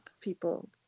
people